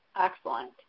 excellent